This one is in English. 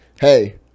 hey